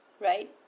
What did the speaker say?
right